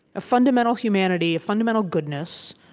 a fundamental humanity, a fundamental goodness,